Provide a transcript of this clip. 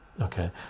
okay